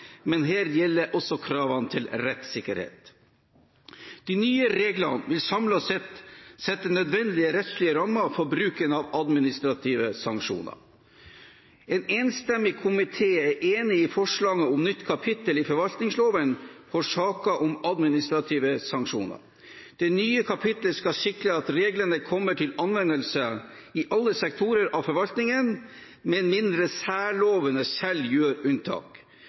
men her gjelder også kravene til rettssikkerhet. De nye reglene vil samlet sett sette nødvendige rettslige rammer for bruken av administrative sanksjoner. En enstemmig komité er enig i forslaget om nytt kapittel i forvaltningsloven for saker om administrative sanksjoner. Det nye kapitlet skal sikre at reglene kommer til anvendelse i alle sektorer av forvaltningen, med mindre særlovene selv gjør unntak.